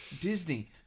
Disney